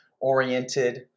oriented